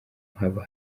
haba